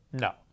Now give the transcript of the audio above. No